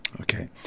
Okay